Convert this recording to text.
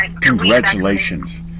Congratulations